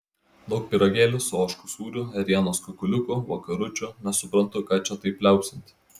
daug pyragėlių su ožkų sūriu ėrienos kukuliukų vakaručių nesuprantu ką čia taip liaupsinti